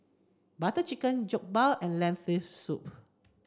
Butter Chicken Jokbal and Lentil soup